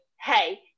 hey